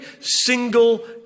single